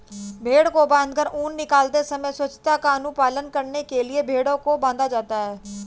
भेंड़ को बाँधकर ऊन निकालते समय स्वच्छता का अनुपालन करने के लिए भेंड़ों को बाँधा जाता है